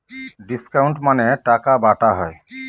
discount মানে টাকা বাটা হয়